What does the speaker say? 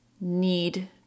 need